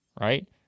right